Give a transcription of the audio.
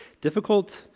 Difficult